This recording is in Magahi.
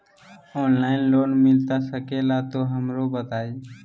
ऑनलाइन लोन मिलता सके ला तो हमरो बताई?